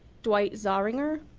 dwight zoringer,